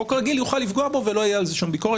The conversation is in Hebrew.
חוק רגיל יוכל לפגוע בו ולא תהיה על זה שום ביקורת.